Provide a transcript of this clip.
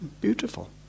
Beautiful